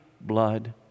blood